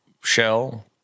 Shell